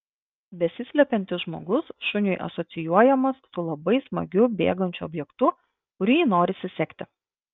besislepiantis žmogus šuniui asocijuojamas su labai smagiu bėgančiu objektu kurį norisi sekti